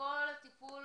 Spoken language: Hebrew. בכל הטיפול